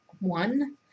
one